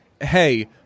hey